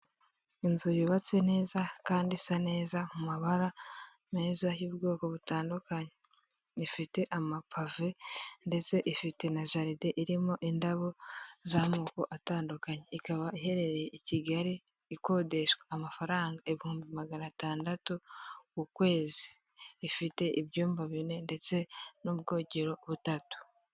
Inzu yubatse neza kandi isa neza mu mabara meza y'ubwoko butandukanye ifite amapave ndetse ifite na jaride irimo indabo z'amoko atandukanye. Ikaba iherereye i kigali ikodeshwa amafaranga ibihumbi magana atandatu k'ukwezi ifite ibyumba bine ndetse n'ubwogero butatu.